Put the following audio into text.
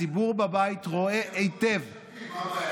הציבור בבית רואה היטב, הם יעברו ליש עתיד.